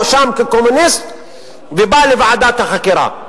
הואשם כקומוניסט ובא לוועדת החקירה.